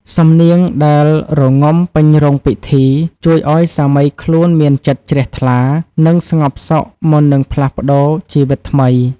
សំនៀងដែលរងំពេញរោងពិធី ជួយឱ្យសាមីខ្លួនមានចិត្តជ្រះថ្លា និងស្ងប់សុខមុននឹងផ្លាស់ប្តូរជីវិតថ្មី។